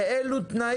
השאלה באילו תנאים.